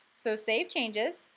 so save changes,